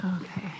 Okay